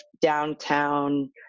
downtown